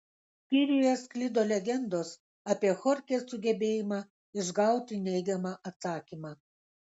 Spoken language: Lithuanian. skyriuje sklido legendos apie chorchės sugebėjimą išgauti neigiamą atsakymą